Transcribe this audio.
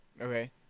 Okay